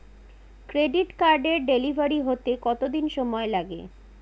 Credit কার্ডের delivery হতে কতদিন সময় লাগে?